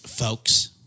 folks